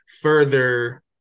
further